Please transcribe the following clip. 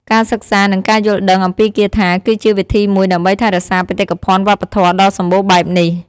ការសិក្សានិងការយល់ដឹងអំពីគាថាគឺជាវិធីមួយដើម្បីថែរក្សាបេតិកភណ្ឌវប្បធម៌ដ៏សម្បូរបែបនេះ។